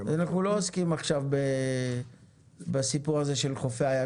אנחנו לא עוסקים עכשיו בסיפור הזה של חופי הים.